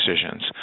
decisions